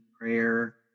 prayer